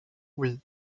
oui